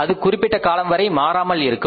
அது ஒரு குறிப்பிட்ட காலம் வரை மாறாமல் இருக்கும்